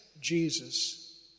Jesus